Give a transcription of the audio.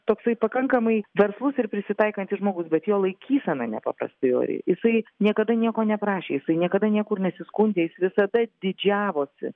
toksai pakankamai verslus ir prisitaikantis žmogus bet jo laikysena nepaprastai ori jisai niekada nieko neprašė jisai niekada niekur nesiskundė jis visada didžiavosi